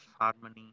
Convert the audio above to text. harmony